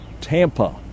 Tampa